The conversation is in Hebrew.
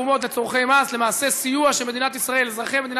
התקבלה ועוברת להמשך דיון בוועדת הפנים והגנת הסביבה.